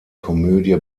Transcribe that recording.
komödie